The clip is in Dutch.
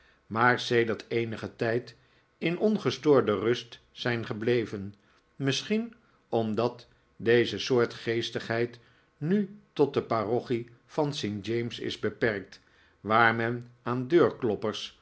maar sedert eenigen tijd in ongestoorde rust zijn gebleven misschien omdat deze soort geestigheid nu tot de parochie van st james is beperkt waar men aan deurkloppers